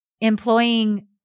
employing